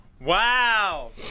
Wow